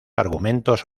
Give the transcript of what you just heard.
argumentos